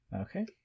Okay